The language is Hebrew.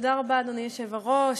תודה רבה, אדוני היושב-ראש.